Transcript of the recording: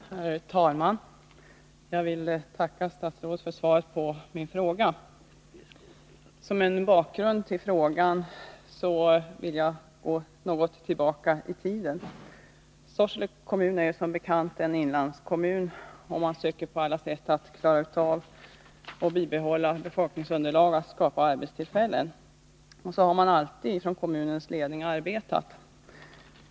Herr talman! Jag vill tacka statsrådet för svaret på min fråga. Som en bakgrund till frågan vill jag säga följande. Sorsele kommun är som bekant en inlandskommun, och man söker på alla sätt att bibehålla befolkningsunderlaget och skapa arbetstillfällen. Så har kommunens ledning alltid arbetat.